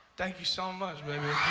thank you so much baby